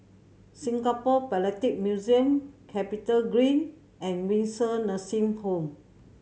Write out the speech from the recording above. Singapore Philatelic Museum CapitaGreen and Windsor Nursing Home